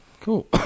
cool